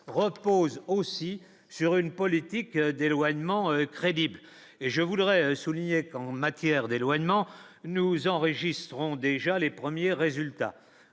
repose aussi sur une politique d'éloignement crédible et je voudrais souligner qu'en matière d'éloignement, nous enregistrons déjà les premiers résultats